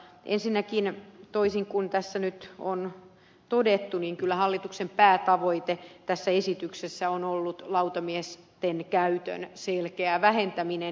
ensinnäkin toisin kuin tässä nyt on todettu niin kyllä hallituksen päätavoite tässä esityksessä on ollut lautamiesten käytön selkeä vähentäminen